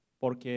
porque